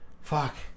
Fuck